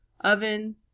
oven